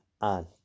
on